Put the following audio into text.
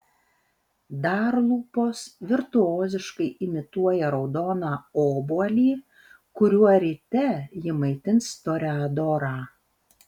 dar lūpos virtuoziškai imituoja raudoną obuolį kuriuo ryte ji maitins toreadorą